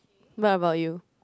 what about you